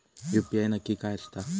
UPI नक्की काय आसता?